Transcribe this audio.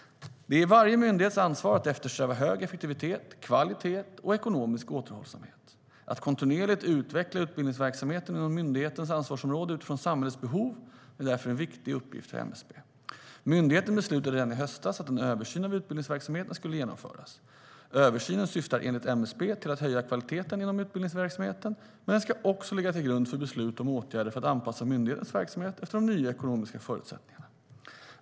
Det är varje myndighets ansvar att eftersträva hög effektivitet, kvalitet och ekonomisk återhållsamhet. Att kontinuerligt utveckla utbildningsverksamheten inom myndighetens ansvarsområde utifrån samhällets behov är därför en viktig uppgift för MSB. Myndigheten beslutade redan i höstas att en översyn av utbildningsverksamheten skulle genomföras. Översynen syftar enligt MSB till att höja kvaliteten inom utbildningsverksamheten, men den ska också ligga till grund för beslut om åtgärder för att anpassa myndighetens verksamhet till de nya ekonomiska förutsättningarna.